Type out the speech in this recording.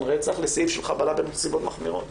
רצח לסעיף של חבלה בנסיבות מחמירות.